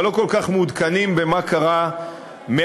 אבל לא כל כך מעודכנים במה קרה מאז.